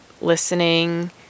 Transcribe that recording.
listening